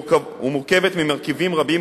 ומורכבת ממרכיבים רבים,